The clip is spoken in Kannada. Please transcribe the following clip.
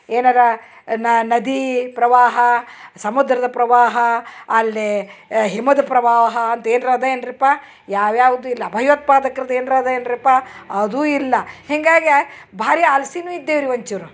ಏನಾರೂ ನದಿ ಪ್ರವಾಹ ಸಮುದ್ರದ ಪ್ರವಾಹ ಅಲ್ಲದೇ ಹಿಮದ ಪ್ರವಾಹ ಅಂತ ಏನ್ರೂ ಇದೆ ಏನ್ರಿಪ್ಪ ಯಾವ ಯಾವುದೂ ಇಲ್ಲ ಭಯೋತ್ಪಾದಕ್ರದ್ದು ಏನ್ರೂ ಇದೆ ಏನ್ರಿಪ್ಪ ಅದೂ ಇಲ್ಲ ಹೀಗಾಗೆ ಭಾರೀ ಆಲ್ಸಿಯೂ ಇದ್ದೀವಿ ರೀ ಒಂಚೂರು